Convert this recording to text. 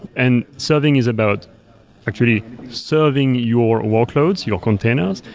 and serving is about actually serving your workloads, your containers,